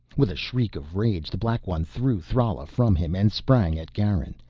with a shriek of rage the black one threw thrala from him and sprang at garin,